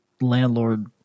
landlord